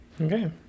Okay